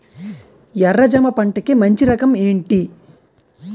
ఎర్ర జమ పంట కి మంచి రకం ఏంటి?